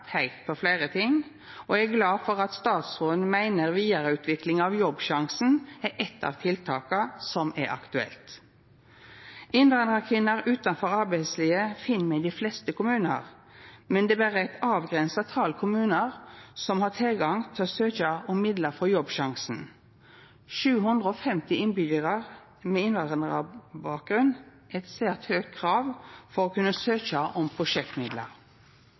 på fleire ting, og eg er glad for at statsråden meiner vidareutvikling av Jobbsjansen er eitt av tiltaka som er aktuelle. Innvandrarkvinner utanfor arbeidslivet finn me i dei fleste kommunar, men det er berre eit avgrensa tal kommunar som har tilgang til å søkja om midlar frå Jobbsjansen. 750 innbyggjarar med innvandrarbakgrunn er eit svært høgt krav for å kunna søkja om